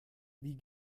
wie